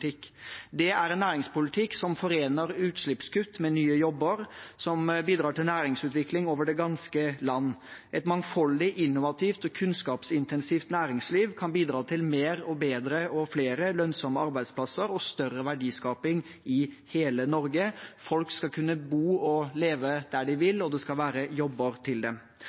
Det er en næringspolitikk som forener utslippskutt med nye jobber, som bidrar til næringsutvikling over det ganske land. Et mangfoldig, innovativt og kunnskapsintensivt næringsliv kan bidra til mer, bedre og flere lønnsomme arbeidsplasser og større verdiskaping i hele Norge. Folk skal kunne bo og leve der de vil, og det skal være jobber til dem.